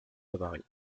avaries